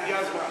הגיע הזמן.